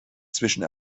zwischen